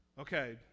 Okay